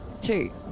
Two